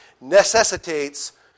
necessitates